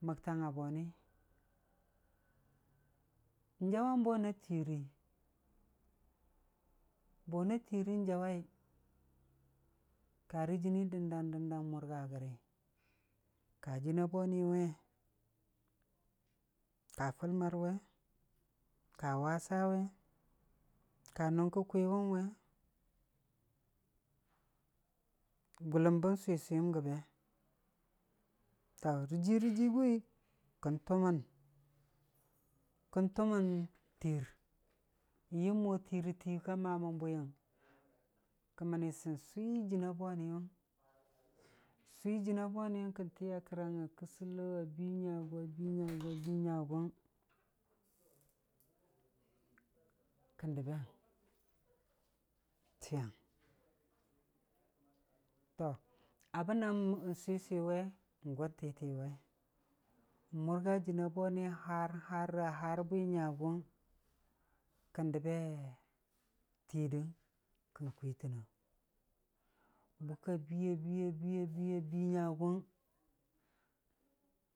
Morta abone n'jaʊwe bona tiirii, bona tiirii jaʊwei kara jɨnii dandang dandang murga gari, ka jɨna boniyʊ we, ka fʊlmar we, ka wasa we, ka nʊng ka kwiwʊng we, gʊllam ban swi swiyam gabe, to rajii ra jiiguwi kan tʊman, kan tʊmta tiir, yam mo tiir tiiyu ka maman bwiyang, ka mani sam swi jiina boniyu wʊng, swi jɨna boniyʊ wʊng kan tiiya karang a kɨsallo a bii nyagu a bii nyagu. a bii nysguwuna, kan dabeng, tiyang, to abunan swi swiyu we, gʊn tii tiiyu we, mʊrgo jɨna boniyʊ, haar, haar a haar bwi nyaguwung, kan dabbe tiidang, kan kwiitanang, buka biiya biiya biiya bii nyaguwung,